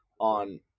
on